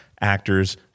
actors